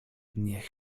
niech